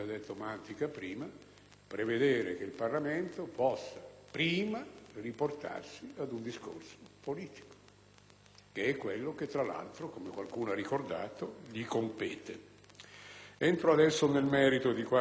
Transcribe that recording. quello che tra l'altro -come qualcuno ha ricordato - gli compete. Entro nel merito di qualche particolare considerazione che ha attratto la mia attenzione: mi rivolgo al senatore